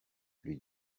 lui